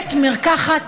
בית מרקחת,